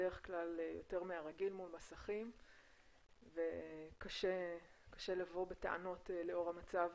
בדרך כלל יותר מהרגיל מול מסכים וקשה לבוא בטענות לאור המצב